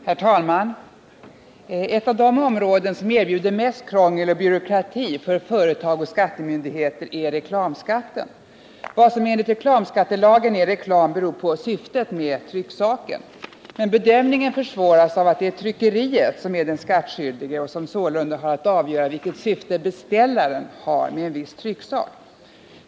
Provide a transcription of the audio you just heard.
Herr talman! Ett av de områden som erbjuder mest krångel och byråkrati för företag och skattemyndigheter är reklamskatten. Vad som enligt reklamskattelagen är reklam beror på syftet med trycksaken. Men bedömningen försvåras av att det är tryckeriet som är den skattskyldige och som sålunda har att avgöra vilket syfte beställaren har med en viss trycksak.